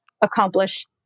accomplish